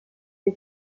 les